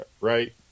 Right